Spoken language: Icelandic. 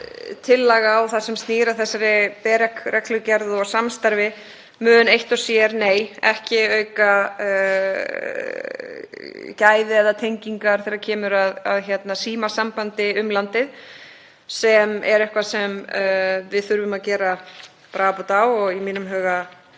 og það sem snýr að þessari BEREC-reglugerð og samstarfi mun eitt og sér, nei, ekki auka gæði eða tengingar þegar kemur að símasambandi um landið, sem er eitthvað sem við þurfum að gera bragarbót á og þarf í mínum huga